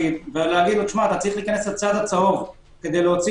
ואומרים: אתה צריך להיכנס לצד הצהוב כדי להוציא